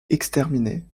exterminée